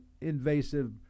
invasive